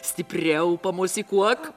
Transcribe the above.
stipriau pamosikuok